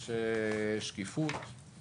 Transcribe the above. יש שקיפות.